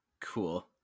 Cool